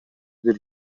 бир